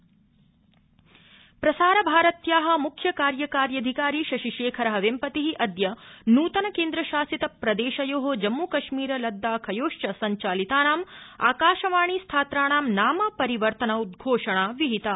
प्रसारभारती प्रसारभारत्या मुख्य कार्यकार्यधिकारी शशि शेखर वेम्पति अद्य नृतन केन्द्र शासित प्रदेशयो जम्मुकश्मीर लद्दाखयोश्च संचालितानाम् आकाशवाणी स्थात्राणां नाम प्ररिवर्तनोद्वोषणा विहिता